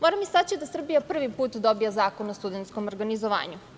Moram istaći da Srbija prvi put dobija Zakon o studentskom organizovanju.